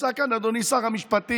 נמצא כאן אדוני שר המשפטים,